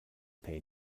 pay